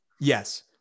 Yes